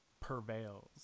prevails